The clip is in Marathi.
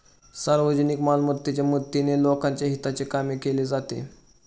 सार्वजनिक मालमत्तेच्या मदतीने लोकांच्या हिताचे काम केले जाते